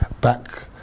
Back